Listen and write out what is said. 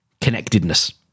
connectedness